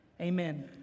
Amen